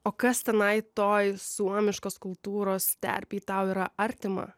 o kas tenai toj suomiškos kultūros terpėj tau yra artima